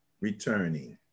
returning